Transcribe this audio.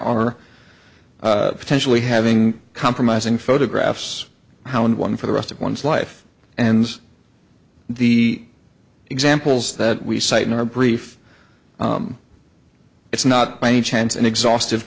there are potentially having compromising photographs how and one for the rest of one's life and the examples that we cite in our brief it's not by any chance an exhaustive